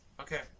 okay